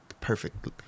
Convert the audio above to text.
perfect